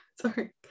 Sorry